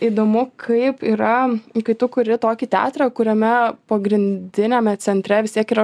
įdomu kaip yra kai tu kuri tokį teatrą kuriame pagrindiniame centre vis tiek yra